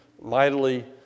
mightily